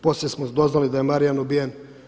Poslije smo doznali da je Marijan ubijen.